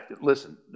listen